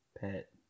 Pet